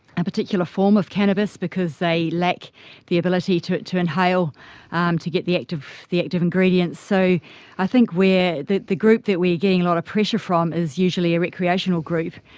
a particular form of cannabis because they lack the ability to to inhale um to get the active the active ingredients. so i think the the group that we're getting a lot of pressure from is usually a recreational group,